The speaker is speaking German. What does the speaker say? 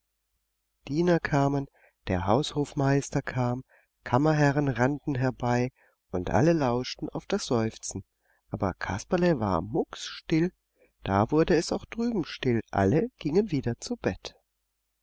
diener kamen der haushofmeister kam kammerherren rannten herbei und alle lauschten auf das seufzen aber kasperle war muckstill da wurde es auch drüben still alle gingen wieder zu bett